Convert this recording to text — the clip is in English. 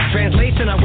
Translation